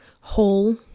whole